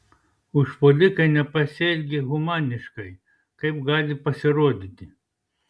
užpuolikai nepasielgė humaniškai kaip gali pasirodyti